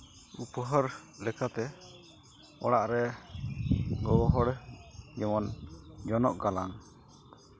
ᱩᱯᱚᱠᱟᱨ ᱞᱮᱠᱟᱛᱮ ᱚᱲᱟᱜ ᱨᱮ ᱜᱚᱜᱚ ᱦᱚᱲ ᱡᱮᱢᱚᱱ ᱡᱚᱱᱚᱜ ᱜᱟᱞᱟᱝ